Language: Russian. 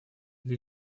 для